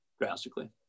drastically